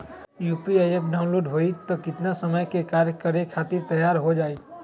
UPI app download होई त कितना समय मे कार्य करे खातीर तैयार हो जाई?